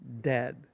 dead